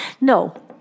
No